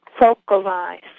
focalize